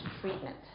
treatment